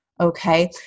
Okay